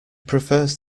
prefers